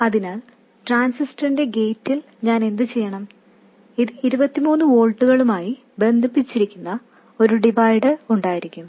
അതിനാൽ ട്രാൻസിസ്റ്ററിന്റെ ഗേറ്റിൽ ഞാൻ എന്തുചെയ്യണം എനിക്ക് 23 വോൾട്ടുകളുമായി ബന്ധിപ്പിച്ചിരിക്കുന്ന ഒരു ഡിവൈഡർ ഉണ്ടായിരിക്കും